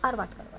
आर बात करबै